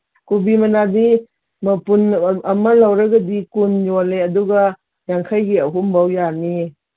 ꯀꯣꯕꯤ ꯃꯅꯥꯗꯤ ꯃꯄꯨꯟ ꯑꯃ ꯂꯧꯔꯒꯗꯤ ꯀꯨꯟ ꯌꯣꯜꯂꯦ ꯑꯗꯨꯒ ꯌꯥꯡꯈꯩꯒꯤ ꯑꯍꯨꯝꯕꯧ ꯌꯥꯅꯤꯌꯦ